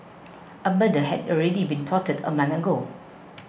a murder had already been plotted a month ago